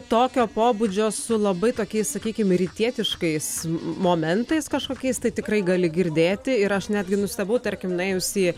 tokio pobūdžio su labai tokiais sakykime rytietiškais momentais kažkokiais tai tikrai gali girdėti ir aš netgi nustebau tarkim nuėjus į